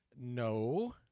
no